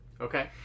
Okay